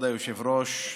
כבוד היושב-ראש,